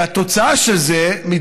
והתוצאה של זה היא,